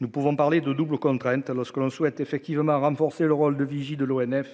nous pouvons parler de double contrainte lorsqu'on souhaite effectivement renforcer le rôle de vigie de l'ONF,